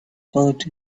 heart